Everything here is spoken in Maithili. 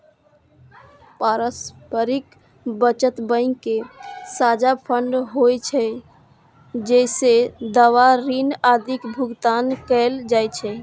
पारस्परिक बचत बैंक के साझा फंड होइ छै, जइसे दावा, ऋण आदिक भुगतान कैल जाइ छै